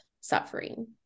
suffering